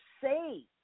say